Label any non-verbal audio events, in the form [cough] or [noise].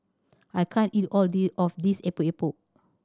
I can't eat all [unintelligible] of this Epok Epok